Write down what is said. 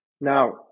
Now